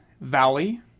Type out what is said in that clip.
valley